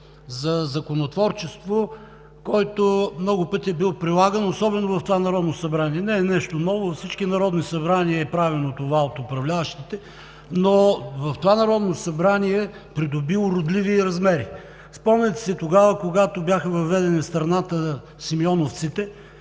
за законотворчество, който много пъти е бил прилаган особено в това Народно събрание. Не е нещо ново, във всички народни събрания е правено от управляващите, но в това Народно събрание придоби уродливи размери. Спомняте си, когато бяха въведени в страната симеоновците,